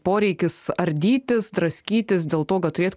poreikis ardytis draskytis dėl to kad turėt